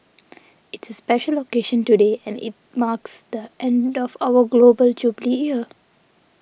it's a special occasion today and it marks the end of our Global Jubilee year